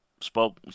spoke